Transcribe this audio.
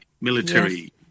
military